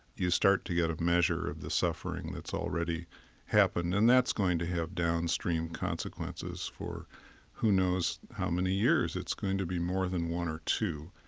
you start to get a measure of the suffering that's already happened. and that's going to have downstream consequences for who knows how many years. it's going to be more than one or two.